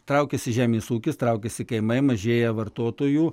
traukiasi žemės ūkis traukiasi kaimai mažėja vartotojų